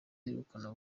baheruka